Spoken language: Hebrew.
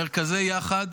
מרכזי יחד